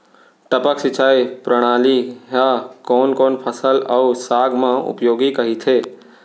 टपक सिंचाई प्रणाली ह कोन कोन फसल अऊ साग म उपयोगी कहिथे?